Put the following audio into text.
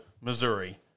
Missouri